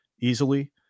easily